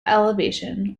elevation